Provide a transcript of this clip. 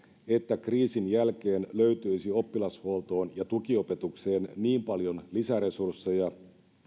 että kriisin jälkeen löytyisi oppilashuoltoon ja tukiopetukseen niin paljon lisäresursseja